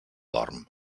dorm